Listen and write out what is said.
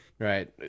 Right